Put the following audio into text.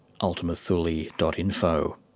ultimathuli.info